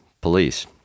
police